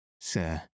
sir